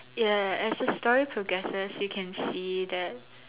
ya as the story progresses you can see that